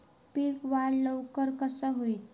पीक वाढ लवकर कसा होईत?